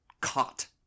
Caught